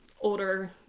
older